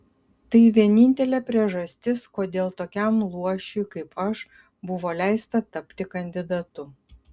tai vienintelė priežastis kodėl tokiam luošiui kaip aš buvo leista tapti kandidatu